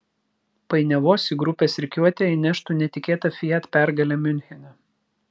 painiavos į grupės rikiuotę įneštų netikėta fiat pergalė miunchene